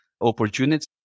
opportunities